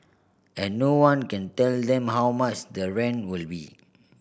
and no one can tell them how much the rent will be